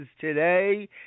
today